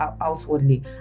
outwardly